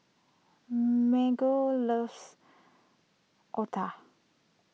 Marge loves Otah